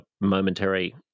momentary